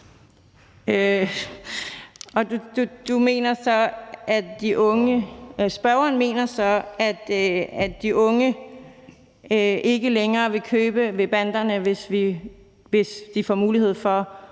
Spørgeren mener så, at de unge ikke længere vil købe ved banderne, hvis de får mulighed for at